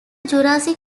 jurassic